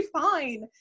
fine